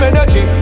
Energy